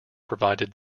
provided